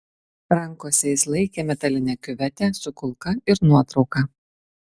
rankose jis laikė metalinę kiuvetę su kulka ir nuotrauką